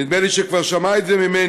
נדמה לי שהוא כבר שמע את זה ממני,